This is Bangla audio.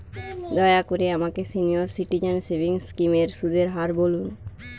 দয়া করে আমাকে সিনিয়র সিটিজেন সেভিংস স্কিমের সুদের হার বলুন